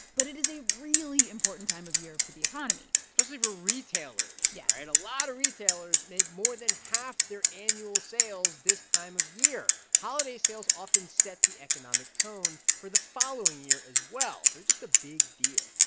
but it is a really important time of year for the economy especially for retailers yes all yeah right. a lot of retailers make more than half their annual sales this time of year. holiday sales often set the economic tone for the following year as well. they're just a big deal,